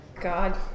God